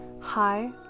Hi